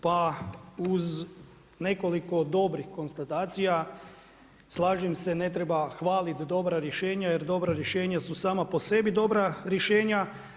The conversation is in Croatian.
Pa uz nekoliko dobrih konstatacija, slažem se ne treba hvaliti dobra rješenja, jer dobra rješenja su sama po sebi dobra rješenja.